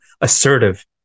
assertive